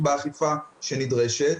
באכיפה הנדרשת.